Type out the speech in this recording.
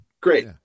Great